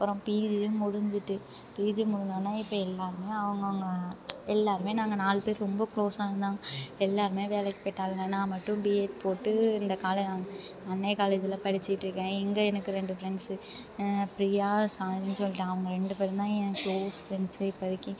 அப்புறம் பிஜியும் முடிஞ்சுட்டு பிஜி முடிஞ்சோடனே இப்போ எல்லோருமே அவங்கவுங்க எல்லோருமே நாங்கள் நாலு பேர் ரொம்ப குளோஸா இருந்தோம் எல்லோருமே வேலைக்கு போய்ட்டாளுங்க நான் மட்டும் பிஎட் போட்டு இந்த காலே அன்னை காலேஜில் படிச்சுட்டு இருக்கேன் இங்கே எனக்கு ரெண்டு ஃப்ரெண்ட்ஸு பிரியா ஷாலினின்னு சொல்லிவிட்டு அவங்க ரெண்டு பேருந்தான் எனக்கு க்ளோஸ் ஃப்ரெண்ட்ஸே இப்போதிக்கி